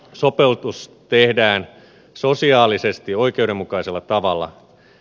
sopeutus tehdään sosiaalisesti oikeudenmukaisella tavalla